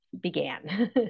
began